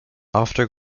after